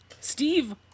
Steve